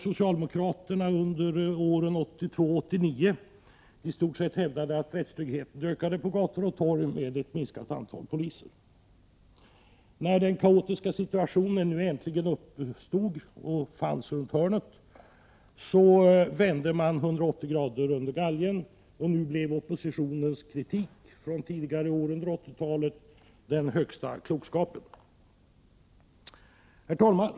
Socialdemokraterna har i stort sett under åren 1982—1989 hävdat att rättstryggheten ökar på gator och torg med ett minskat antal poliser. När den kaotiska situationen uppstod och plötsligt fanns runt hörnet vände man 180 grader under galgen. Nu blev oppositionens kritik från tidigare år under 1980-talet den högsta klokskapen. Herr talman!